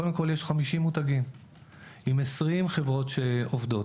קודם כל, יש 50 מותגים עם 20 חברות שעובדות.